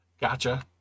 Gotcha